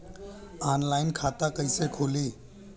Online खाता कइसे खुली?